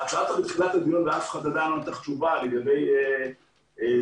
שאלת בתחילת הדיון ולא קיבלת תשובה לגבי סעיף